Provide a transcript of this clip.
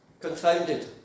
confounded